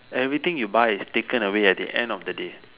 everything you buy is taken away at the end of the day